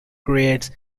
creates